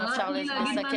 אם אפשר לסכם.